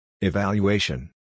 Evaluation